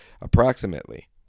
Approximately